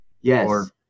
Yes